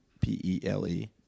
P-E-L-E